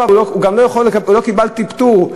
אבל גם לא קיבלתי פטור.